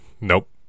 Nope